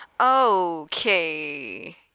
Okay